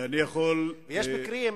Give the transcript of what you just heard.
יש מקרים.